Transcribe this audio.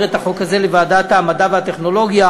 את החוק הזה לוועדת המדע והטכנולוגיה,